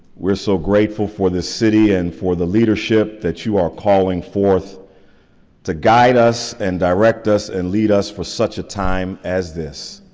we're so grateful for this city and for the leadership that you are calling forth to guide us and direct us and lead us for such a time as this.